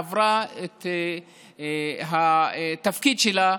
עברה את התפקיד שלה,